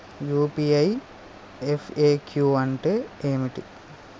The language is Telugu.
యూ.పీ.ఐ ఎఫ్.ఎ.క్యూ అంటే ఏమిటి?